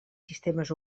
sistemes